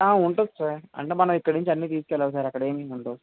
ఉంటుంది సార్ అంటే మనం ఇక్కడ నుంచి అన్ని తీసుకెళ్లాలి సార్ అక్కడ ఏమి ఉండవు